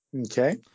Okay